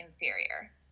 inferior